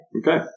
Okay